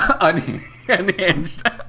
unhinged